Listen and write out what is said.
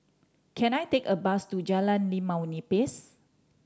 can I take a bus to Jalan Limau Nipis